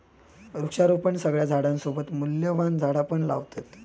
वृक्षारोपणात सगळ्या झाडांसोबत मूल्यवान झाडा पण लावतत